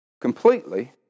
completely